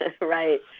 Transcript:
Right